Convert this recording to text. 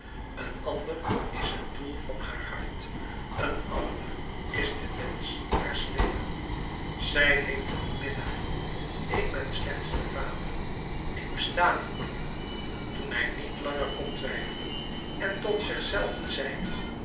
een ander is het doel van haar hart een ander is de wensch haars levens zij heeft een minnaar ik ben slechts de vader ik besta niet meer toen hij niet langer kon twijfelen en tot zich zelven zeide